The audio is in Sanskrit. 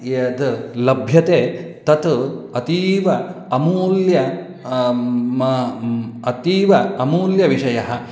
यद् लभ्यते तत् अतीव अमूल्यम् अतीव अमूल्यविषयः